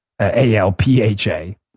A-L-P-H-A